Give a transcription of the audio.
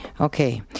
Okay